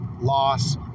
loss